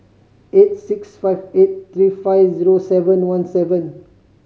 eight six five eight three five zero seven one seven